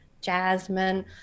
jasmine